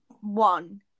one